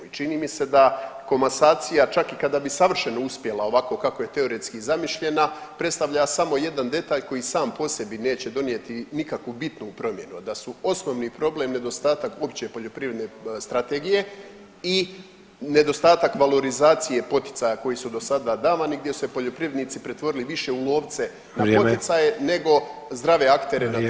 I čini mi se da komasacija čak i kada bi savršeno uspjela ovako kako je teoretski zamišljena predstavlja samo jedan detalj koji sam po sebi neće donijeti nikakvu bitnu promjenu, a da su osnovni problem nedostatak uopće poljoprivredne strategije i nedostatak valorizacije poticaja koji su dosada davani gdje su se poljoprivrednici pretvorili više u lovce na poticaje [[Upadica: Vrijeme.]] nego zdrave aktere na tržištu.